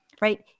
right